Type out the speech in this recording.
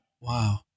Wow